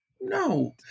no